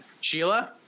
Sheila